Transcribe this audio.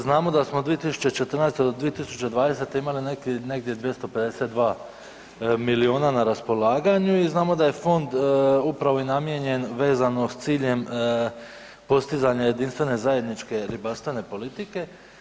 Znamo da smo 2014. do 2020. imali nekih negdje 252 milijuna na raspolaganju i znamo da je fond upravo i namijenjen vezano s ciljem postizanja jedinstvene zajedničke ribarstvene politike.